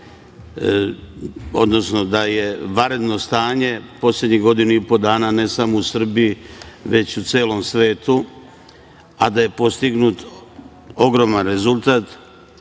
odnosno da je vanredno stanje poslednjih godinu i po dana, ne samo u Srbiji, već u celom svetu, a da je postignut ogroman rezultat